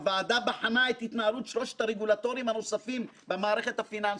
הוועדה בחנה את התנהלות שלושת הרגולטורים הנוספים במערכת הפיננסית: